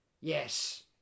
yes